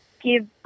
give